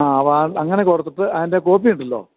ആ അങ്ങനെ കൊടുത്തിട്ട് അതിൻ്റെ കോപ്പിയുണ്ടല്ലോ